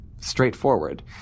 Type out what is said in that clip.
straightforward